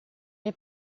mir